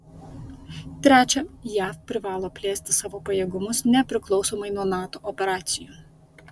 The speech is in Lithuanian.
trečia jav privalo plėsti savo pajėgumus nepriklausomai nuo nato operacijų